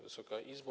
Wysoka Izbo!